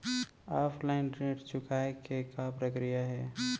Offline ऋण चुकोय के का प्रक्रिया हे?